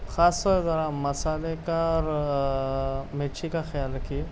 خاص کر ذرا مسالے کا اور مرچی کا خیال رکھیے